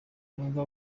nubwo